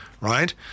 right